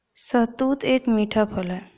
शहतूत एक मीठा फल है